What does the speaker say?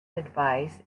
advice